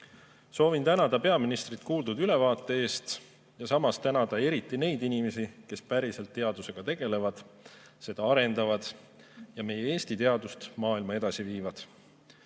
Soovin tänada peaministrit kuuldud ülevaate eest ja samas tänada eriti neid inimesi, kes päriselt teadusega tegelevad, seda arendavad ja meie Eesti teadust maailma edasi viivad. Teadus